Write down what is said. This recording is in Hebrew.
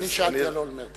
אני שאלתי על אולמרט.